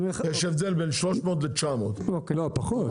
יש הבדל בין 300 ל- 900. לא פחות.